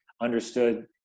understood